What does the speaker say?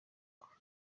congo